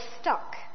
stuck